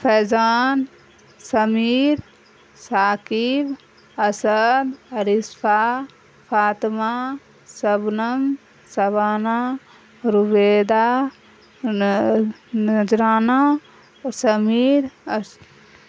فیضان Sameer Saqib Asad Arsafa Fatima Shabnam Shabana Rubida Nazrana Sameer اس